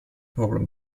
problem